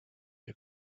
der